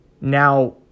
Now